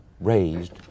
raised